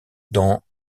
dans